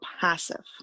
passive